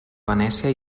venècia